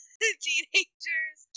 teenagers